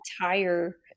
entire